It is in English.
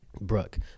Brooke